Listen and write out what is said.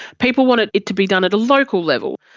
people wanted it to be done at a local level,